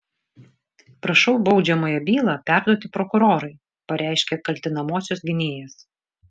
prašau baudžiamąją bylą perduoti prokurorui pareiškė kaltinamosios gynėjas